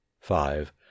five